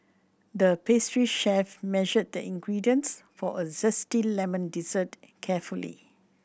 the pastry chef measured the ingredients for a zesty lemon dessert carefully